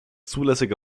zulässige